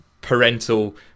parental